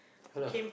ya lah